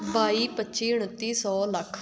ਬਾਈ ਪੱਚੀ ਉਣੱਤੀ ਸੌ ਲੱਖ